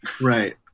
Right